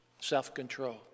self-control